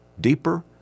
deeper